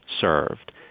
served